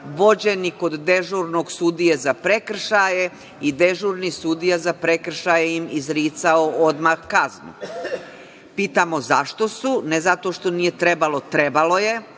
vođeni kod dežurnog sudije za prekršaje i dežurni sudija za prekršaje im izricao odmah kaznu. Pitam zašto su, ne zato što nije trebalo, a trebalo je,